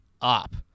up